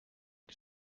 que